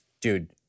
Dude